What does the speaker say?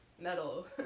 Metal